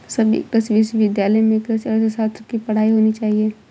सभी कृषि विश्वविद्यालय में कृषि अर्थशास्त्र की पढ़ाई होनी चाहिए